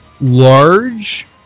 large